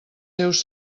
seus